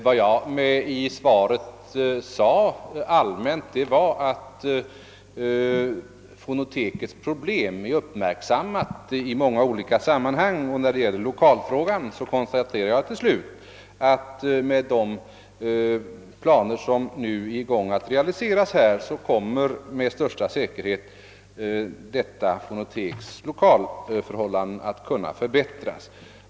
Vad jag rent allmänt sade i svaret var att fonotekets problem har uppmärksammats i många olika sammanhang, och när det gäller lokalfrågan konstaterade jag till slut att med de planer som nu håller på att realiseras kommer fonotekets lokalförhållanden med största säkerhet att kunna förbättras.